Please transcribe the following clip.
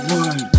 one